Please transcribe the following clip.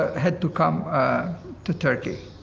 ah had to come to turkey.